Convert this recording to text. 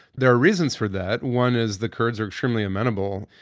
there are reasons for that. one is the kurds are extremely amenable.